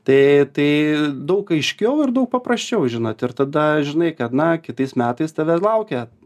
tai tai daug aiškiau ir daug paprasčiau žinot ir tada žinai kad na kitais metais tave laukia